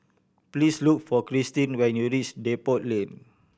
please look for Cristin when you reach Depot Lane